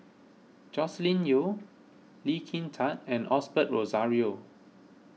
Joscelin Yeo Lee Kin Tat and Osbert Rozario